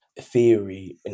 theory